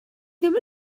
ddim